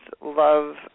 love